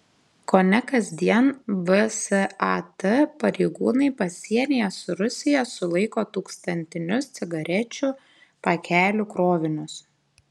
kone kasdien vsat pareigūnai pasienyje su rusija sulaiko tūkstantinius cigarečių pakelių krovinius